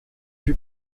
fut